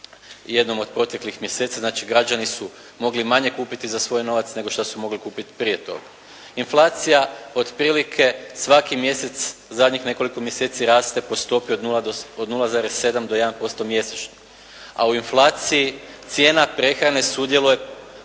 jednom od proteklih mjeseci, znači građani su mogli manje kupiti za svoj novac nego što su mogli kupiti prije toga. Inflacija otprilike svaki mjesec zadnjih nekoliko mjeseci raste po stopi od 0,7 do 1% mjesečno a u inflaciji cijena prehrane sudjeluje